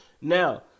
Now